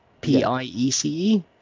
p-i-e-c-e